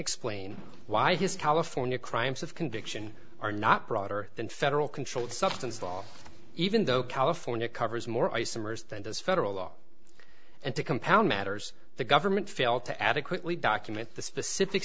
explain why his california crimes of conviction are not broader than federal controlled substance law even though california covers more isomers than does federal law and to compound matters the government failed to adequately document the specific